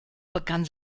begann